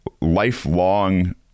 lifelong